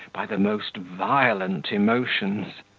by the most violent emotions.